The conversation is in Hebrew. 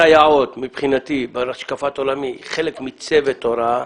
הסייעות בהשקפת עולמי הן חלק מצוות הוראה.